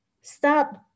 Stop